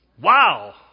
Wow